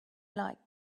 like